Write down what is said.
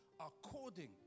according